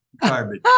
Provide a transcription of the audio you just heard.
garbage